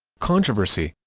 controversy